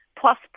Plus